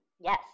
Yes